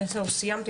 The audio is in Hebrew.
זהו, סיימתי.